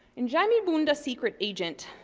in jaime bunda, secret agent,